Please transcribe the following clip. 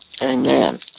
Amen